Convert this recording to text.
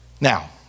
Now